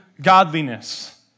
godliness